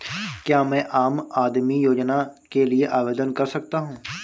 क्या मैं आम आदमी योजना के लिए आवेदन कर सकता हूँ?